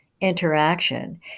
interaction